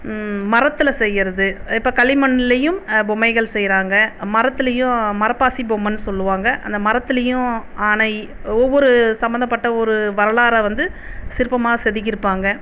மரத்தில் செய்கிறது இப்போ களிமண்லேயும் பொம்மைகள் செய்கிறாங்க மரத்திலையும் மரப்பாச்சி பொம்மையென்னு சொல்லுவாங்க அந்த மரத்திலையும் யானை ஒவ்வொரு சம்மந்தப்பட்ட ஒரு வரலாறை வந்து சிற்பமாக செதுக்கியிருப்பாங்க